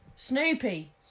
Snoopy